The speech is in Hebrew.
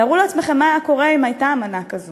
תארו לעצמכם מה היה קורה אם הייתה אמנה כזאת